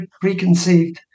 preconceived